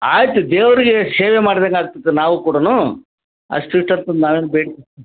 ಆಯ್ತು ದೇವರಿಗೆ ಸೇವೆ ಮಾಡ್ದಂಗೆ ಆಗ್ತತೆ ನಾವು ಕೂಡ ಅಷ್ಟೆ